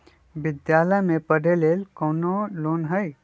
विद्यालय में पढ़े लेल कौनो लोन हई?